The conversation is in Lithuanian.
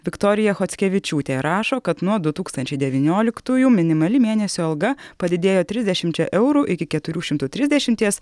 viktorija chockevičiūtė rašo kad nuo du tūkstančiai devynioliktųjų minimali mėnesio alga padidėjo trisdešimčia eurų iki keturių šimtų trisdešimties